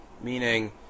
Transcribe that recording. Meaning